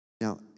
Now